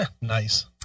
Nice